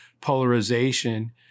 polarization